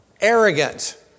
Arrogant